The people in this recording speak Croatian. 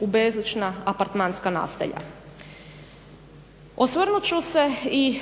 u bezlična apartmanska naselja. Osvrnut ću se